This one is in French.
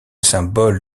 symbole